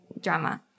drama